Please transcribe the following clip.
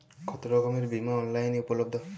কতোরকমের বিমা অনলাইনে উপলব্ধ?